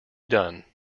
done